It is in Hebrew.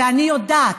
ואני יודעת,